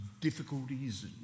difficulties